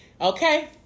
okay